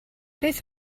beth